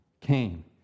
Came